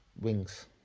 wings